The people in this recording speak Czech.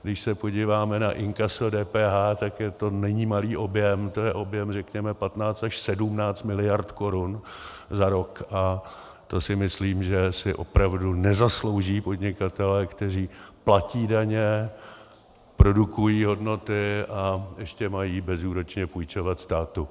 Když se podíváme na inkaso DPH, tak to není malý objem, je to objem řekněme 15 až 17 miliard korun za rok, a to si myslím, že si opravdu nezaslouží podnikatelé, kteří platí daně, produkují hodnoty a ještě mají bezúročně půjčovat státu.